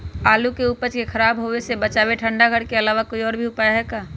आलू के उपज के खराब होवे से बचाबे ठंडा घर के अलावा कोई और भी उपाय है का?